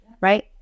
right